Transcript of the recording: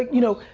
you know.